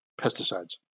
pesticides